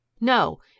No